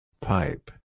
Pipe